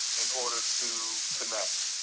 in order to connect.